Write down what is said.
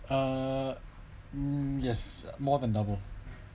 uh um yes more than double